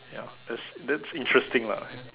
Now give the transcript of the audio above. ya that's that's interesting lah